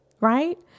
right